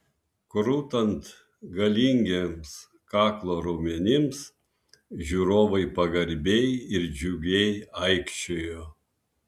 krutant galingiems kaklo raumenims žiūrovai pagarbiai ir džiugiai aikčiojo